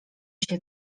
się